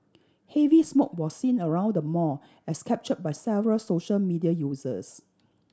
heavy smoke was seen around the mall as capture by several social media users